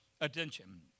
Attention